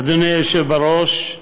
אדוני היושב בראש,